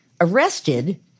arrested